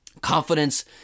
confidence